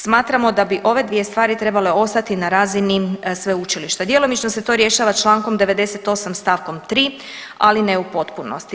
Smatramo da bi ove dvije stvari trebale ostati na razini sveučilišta, djelomično se to rješava čl. 98. st. 3., ali ne u potpunosti.